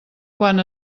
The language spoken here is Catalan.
quan